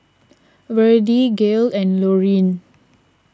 Verdie Gail and Loreen